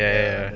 ya ya ya